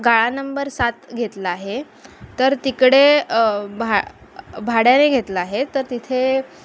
गाळा नंबर सात घेतला आहे तर तिकडे भा भाड्याने घेतला आहे तर तिथे